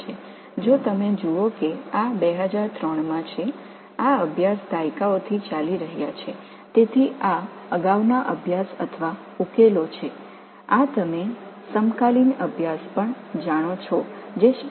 நீங்கள் பார்த்தால் இது 2003 ல் இந்த ஆய்வுகள் பல தசாப்தங்களாக நடந்து வருகின்றன எனவே இவை முந்தைய ஆய்வுகள் அல்லது தீர்வு ஆய்வுகள் படிக அமைப்பைப் பெறுவது என்ன என்பதை தெளிவாகக் காட்டும் சமகால ஆய்வுகள் உங்களுக்குத் தெரியும்